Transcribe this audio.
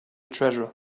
treasure